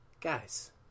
guys